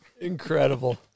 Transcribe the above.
Incredible